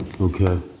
Okay